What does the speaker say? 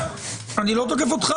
אני לא תוקף אותך,